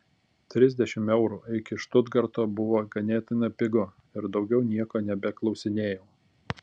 trisdešimt eurų iki štutgarto buvo ganėtinai pigu ir daugiau nieko nebeklausinėjau